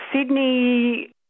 Sydney